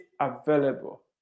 available